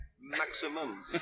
maximum